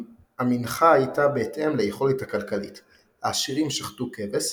המנחה הייתה בהתאם ליכולת הכלכלית העשירים שחטו כבש,